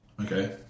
okay